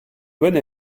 bonne